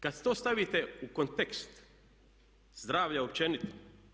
Kada to stavite u kontekst zdravlja općenito.